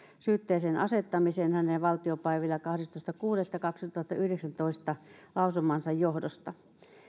syytteeseen asettamiseen hänen valtiopäivillä kahdestoista kuudetta kaksituhattayhdeksäntoista lausumansa johdosta